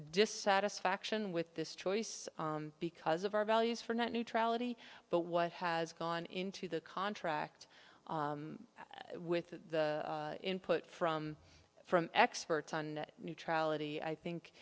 dissatisfaction with this choice because of our values for net neutrality but what has gone into the contract with input from from experts on neutrality i think